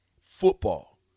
football